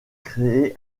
créer